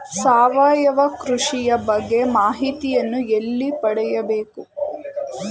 ಸಾವಯವ ಕೃಷಿಯ ಬಗ್ಗೆ ಮಾಹಿತಿಯನ್ನು ಎಲ್ಲಿ ಪಡೆಯಬೇಕು?